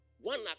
one